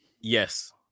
Yes